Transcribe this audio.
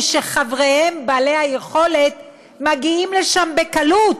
שחבריהם בעלי היכולת מגיעים אליהם בקלות,